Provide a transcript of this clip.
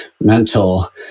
mental